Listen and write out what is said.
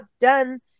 done